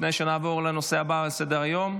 לפני שנעבור לנושא הבא על סדר-היום?